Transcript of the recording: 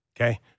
Okay